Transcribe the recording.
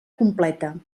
completa